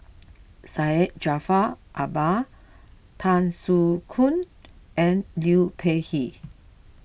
Syed Jaafar Albar Tan Soo Khoon and Liu Peihe